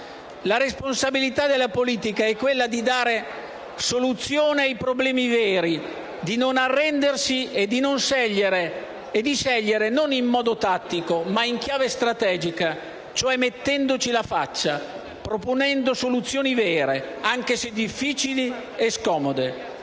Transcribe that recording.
La responsabilità della politica è di dare soluzione ai problemi veri, di non arrendersi e di scegliere non in modo tattico ma in chiave strategica, mettendoci la faccia, proponendo soluzioni vere, anche se difficili e scomode,